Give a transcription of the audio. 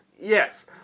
Yes